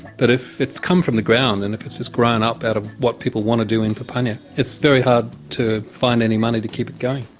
but if it's come from the ground and if it's it's grown up out of what people want to do in papunya, it's very hard to find any money to keep it going.